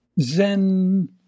Zen